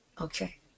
Okay